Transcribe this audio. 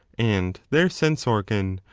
and their sense-organ,